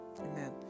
Amen